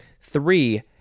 Three